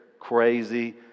crazy